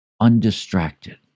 undistracted